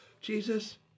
Jesus